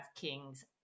kings